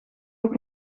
ook